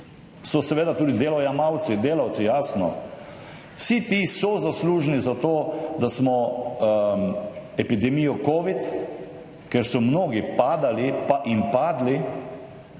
so seveda tudi delojemalci, delavci, jasno. Vsi ti so zaslužni za to, da smo epidemijo covida, kjer so mnogi padali in padli,